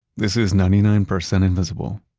this is ninety nine percent invisible.